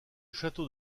château